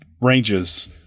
ranges